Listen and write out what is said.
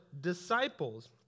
disciples